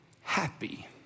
happy